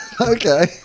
okay